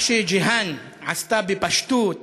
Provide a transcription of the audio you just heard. מה שג'יהאן עשתה בפשטות,